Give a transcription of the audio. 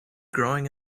growing